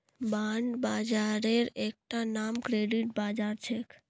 bond बाजारेर एकता नाम क्रेडिट बाजार छेक